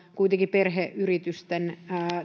kuitenkin perheyritysten